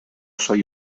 soy